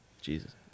Jesus